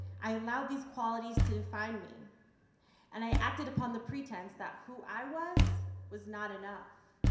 i allowed these qualities to define me and i acted upon the pretense that who i was was not enough.